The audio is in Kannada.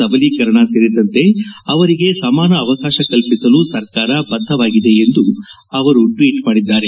ಸಬಲೀಕರಣ ಸೇರಿದಂತೆ ಅವರಿಗೆ ಸಮಾನ ಅವಕಾಶ ಕಲ್ಪಿಸಲು ಸರ್ಕಾರ ಬದ್ದವಾಗಿದೆ ಎಂದು ಅವರು ಟ್ಲೀಟ್ ಮಾಡಿದ್ದಾರೆ